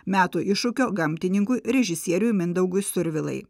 metų iššūkio gamtininkui režisieriui mindaugui survilai